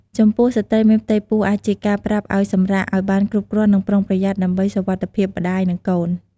ចំពោះស្រ្តីមានផ្ទៃពោះ អាចជាការប្រាប់ឲ្យសម្រាកឲ្យបានគ្រប់គ្រាន់ និងប្រុងប្រយ័ត្នដើម្បីសុវត្ថិភាពម្ដាយ និងកូន។